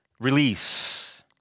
release